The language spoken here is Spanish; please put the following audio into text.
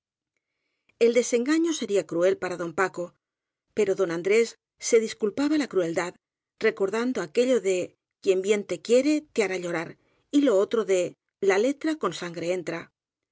el desengaño sería cruel para don paco pero don andrés se disculpaba la crueldad recordando aquello de quien bien te quiere te hará llorar y lo otro de la letra con sangre entra